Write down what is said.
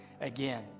again